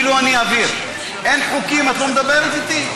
החוק השני, אתה יכול להציג גם את החוק השני,